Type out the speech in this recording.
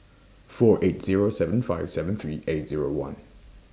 four eight Zero seven five seven three eight Zero one